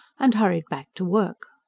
and hurried back to work.